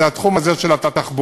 זה התחום הזה של התחבורה,